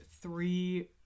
three